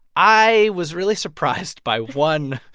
i was really surprised by one